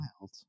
Wild